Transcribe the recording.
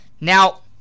Now